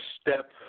step